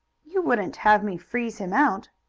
you wouldn't have me freeze him out?